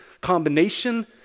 combination